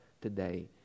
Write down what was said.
today